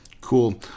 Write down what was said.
Cool